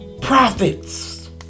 profits